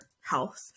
health